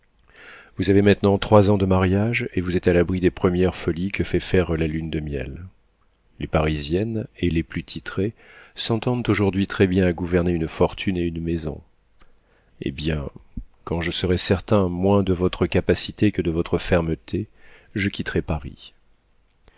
vous avez maintenant trois ans de mariage et vous êtes à l'abri des premières folies que fait faire la lune de miel les parisiennes et les plus titrées s'entendent aujourd'hui très-bien à gouverner une fortune et une maison eh bien quand je serai certain moins de votre capacité que de votre fermeté je quitterai paris